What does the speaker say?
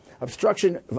Obstruction